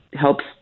helps